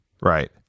Right